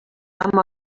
amb